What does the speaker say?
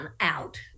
out